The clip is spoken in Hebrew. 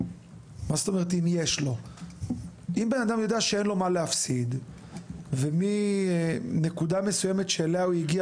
אם בן אדם יודע שאין לו מה להפסיד ומנקודה מסוימת שהוא הגיע